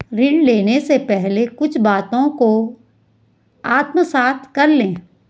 ऋण लेने से पहले कुछ बातों को आत्मसात कर लें